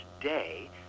day